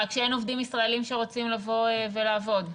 רק שאין עובדים ישראלים שרוצים לבוא ולעבוד.